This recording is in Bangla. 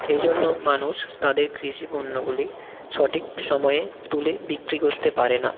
এই জন্য মানুষ তাদের কৃষি পণ্যগুলি সঠিক সময়ে তুলে বিক্রি করতে পারে না